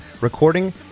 recording